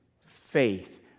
faith